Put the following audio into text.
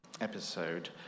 episode